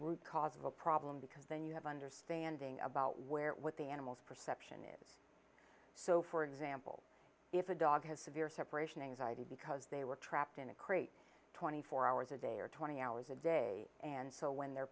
root cause of a problem because then you have understanding about where what the animals perception so for example if a dog has severe separation anxiety because they were trapped in a crate twenty four hours a day or twenty hours a day and so when the